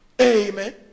Amen